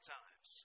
times